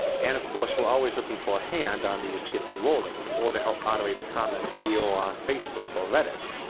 and of course we're always looking for a hand on these to get them rolling, or to help moderate comments here or on facebook or reddit.